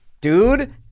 dude